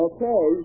Okay